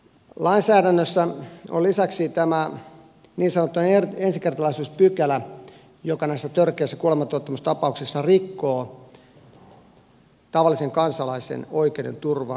lainsäädännössä on lisäksi tämä niin sanottu ensikertalaisuuspykälä joka näissä törkeissä kuolemantuottamustapauksissa rikkoo tavallisen kansalaisen oikeudenturvan tuntoa